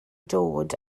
dod